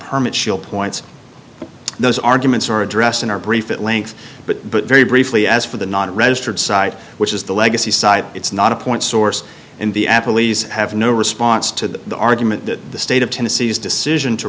permit shield points those arguments are addressed in our brief at length but but very briefly as for the not registered site which is the legacy site it's not a point source and the apple lisa have no response to the argument that the state of tennessee is decision to